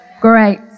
Great